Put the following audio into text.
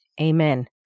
Amen